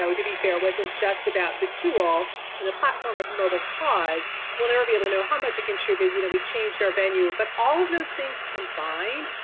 to be fair wasn't just about the tool in the platform of mobilecause we'll never be able to know how much it contributed. you know we changed our venue, but all of those things combined,